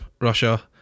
Russia